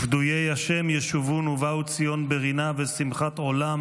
"ופדויי ה' ישובון ובאו ציון בְּרִנָּה ושמחת עולם